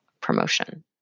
promotion